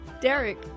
Derek